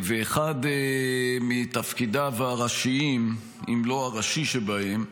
אחד מתפקידיו הראשיים, אם לא הראשי שבהם,